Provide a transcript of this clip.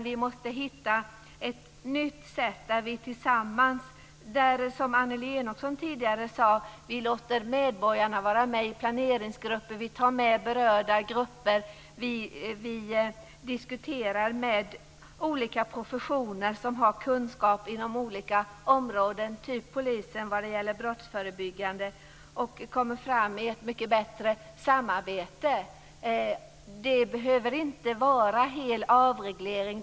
Vi måste hitta ett nytt sätt, där vi som Annelie Enochson tidigare sade låter medborgarna vara med i planeringsgrupper, tar med berörda grupper och diskuterar med olika professioner som har kunskap inom olika områden - t.ex. med polisen vad det gäller brottsförebyggande. Vi måste komma fram med ett mycket bättre samarbete. Det behöver inte vara en fullständig avreglering.